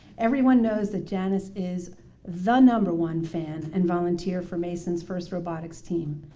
everyone knows that janice is the number one fan and volunteer for mason's first robotics team,